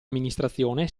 amministrazione